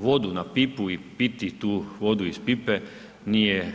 Pustiti vodu na pipu i piti tu vodu iz pipe nije